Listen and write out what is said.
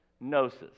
Gnosis